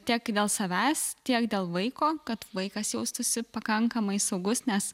tiek dėl savęs tiek dėl vaiko kad vaikas jaustųsi pakankamai saugus nes